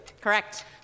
Correct